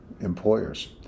employers